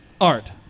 Art